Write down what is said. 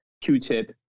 Q-Tip